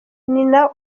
nina